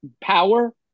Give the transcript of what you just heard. power